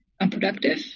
unproductive